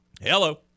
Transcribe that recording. Hello